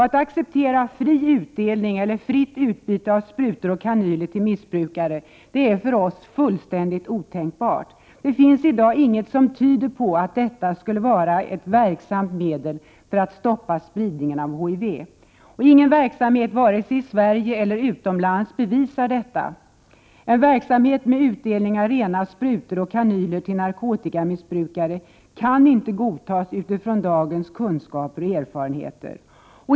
Att acceptera fri utdelning eller fritt utbyte av sprutor och kanyler till missbrukare är för oss fullständigt otänkbart. Det finns i dag inget som tyder på att detta skulle vara ett verksamt medel för att stoppa spridningen av HIV. Ingen verksamhet, vare sig i Sverige eller utomlands, bevisar detta. En verksamhet med utdelning av rena sprutor och kanyler till narkotikamissbrukare kan inte godtas utifrån dagens kunskaper och erfarenheter.